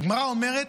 הגמרא אומרת: